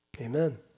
Amen